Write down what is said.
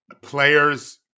players